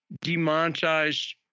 demonetized